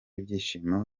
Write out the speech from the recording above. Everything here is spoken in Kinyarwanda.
ibyishimo